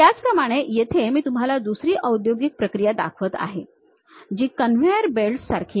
त्याचप्रमाणे येथे मी तुम्हाला दुसरी औद्योगिक प्रक्रिया दाखवत आहे जी कन्व्हेयर बेल्ट्स सारखी आहे